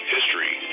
History